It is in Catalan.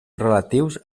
relatius